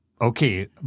Okay